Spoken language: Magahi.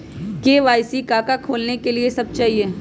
के.वाई.सी का का खोलने के लिए कि सब चाहिए?